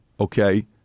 Okay